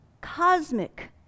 cosmic